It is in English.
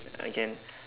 I can